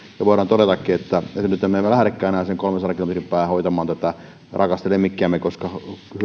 ja voidaan todetakin että nyt me emme lähdekään enää sen kolmensadan kilometrin päähän hoitamaan tätä rakasta lemmikkiämme koska